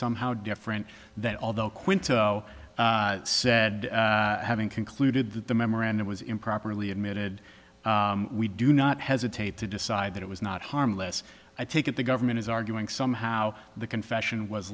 somehow different that although quinto said having concluded that the memorandum was improperly admitted we do not hesitate to decide that it was not harmless i take it the government is arguing somehow the confession was